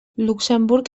luxemburg